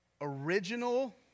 original